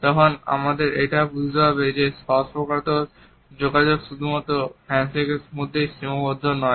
তখন আমাদের এটাও বুঝতে হবে যে স্পর্শকাতর যোগাযোগ শুধুমাত্র হ্যান্ডশেকের মধ্যেই সীমাবদ্ধ নয়